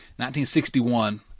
1961